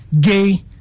gay